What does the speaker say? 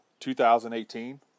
2018